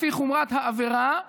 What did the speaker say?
לפי חומרת העבירה,